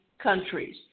Countries